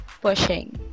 pushing